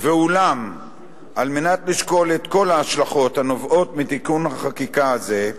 ואולם על מנת לשקול את כל ההשלכות הנובעות מתיקון החקיקה הזה,